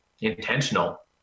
intentional